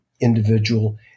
individual